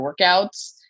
workouts